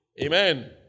Amen